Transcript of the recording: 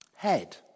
Head